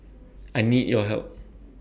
I need your help